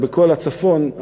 אבל בכל הצפון,